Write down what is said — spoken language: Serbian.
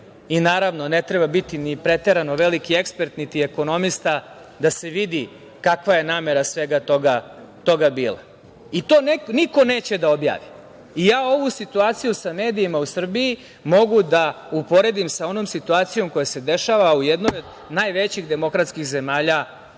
i naravno ne treba biti ni preterano veliki ekspert niti ekonomista da se vidi kakva je namera svega toga bila.I to niko neće da objavi. Ja ovu situaciju sa medijima u Srbiji mogu da uporedim sa onom situacijom koja se dešava u jednoj od najvećih demokratskih zemalja